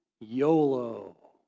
YOLO